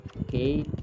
Okay